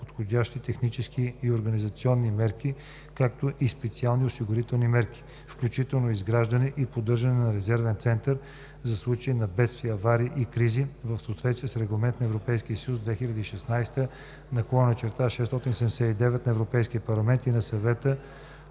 подходящи технически и организационни мерки, както и специални осигурителни мерки (включително изграждане и поддържане на Резервен център за случаи на бедствия, аварии и кризи) в съответствие с Регламент (ЕС) 2016/679 на Европейския парламент и на Съвета